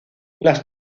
las